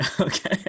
Okay